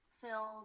filled